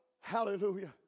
hallelujah